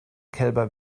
kälber